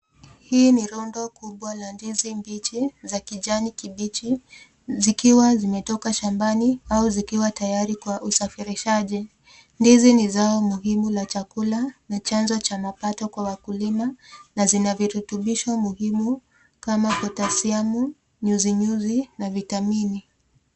Hii ni rundo kubwa la ndizi bichi za kijani kibichi zikiwa zimetoka shambani au zikiwa tayari kwa usafirishaji , ndizi ni zao muhimu la chakula na chanzo cha mapato kwa wakulima na virutubisho muhimu kama(cs) potassium (cs),nyuzinyuzi na vitamini.